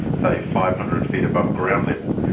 say, five hundred feet above ground level,